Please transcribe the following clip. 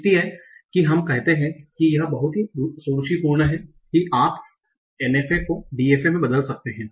इसलिए कि हम कहते हैं कि यह बहुत ही सुरुचिपूर्ण है कि आप NFA को DFA में बदल सकते हैं